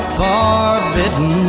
forbidden